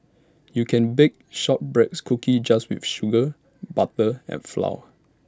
you can bake shortbreads cookies just with sugar butter and flour